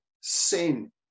sin